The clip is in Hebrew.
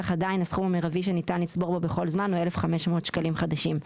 אך הסכום המירבי שניתן לצבור בו בכל זמן הוא 1500 שקלים חדשים,